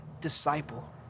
disciple